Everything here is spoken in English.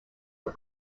for